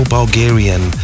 Bulgarian